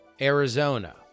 Arizona